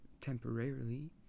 temporarily